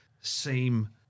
seem